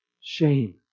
shame